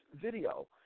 video